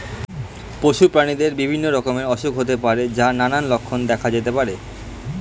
পশু প্রাণীদের বিভিন্ন রকমের অসুখ হতে পারে যার নানান লক্ষণ দেখা যেতে পারে